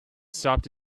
stopped